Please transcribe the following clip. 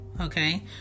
okay